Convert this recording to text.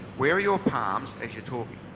where are your palms as you're talking?